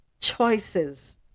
choices